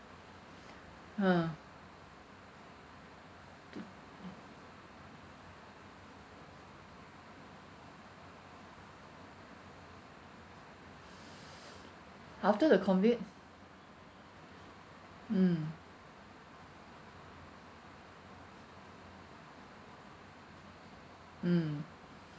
ah after the COVID mm mm